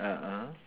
ah ah